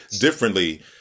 differently